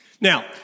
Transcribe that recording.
Now